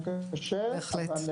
ההכשרות הן מרכיב מאוד משמעותי.